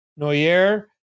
Noyer